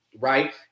right